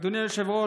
אדוני היושב-ראש,